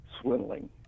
swindling